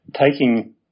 taking